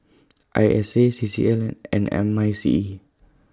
I S A C C L and M I C E